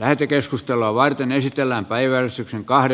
ei myöskään voi lähteä pakoon